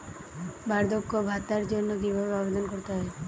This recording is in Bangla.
বার্ধক্য ভাতার জন্য কিভাবে আবেদন করতে হয়?